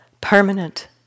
permanent